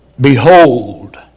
Behold